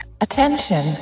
Attention